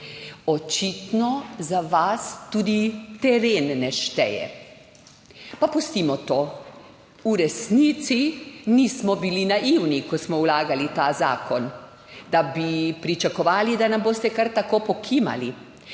Očitno za vas tudi teren ne šteje. Pa pustimo to. V resnici nismo bili naivni, ko smo vlagali ta zakon, da bi pričakovali, da nam boste kar tako pokimali,